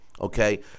okay